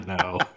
no